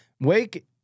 Wake